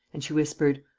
and she whispered,